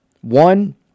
One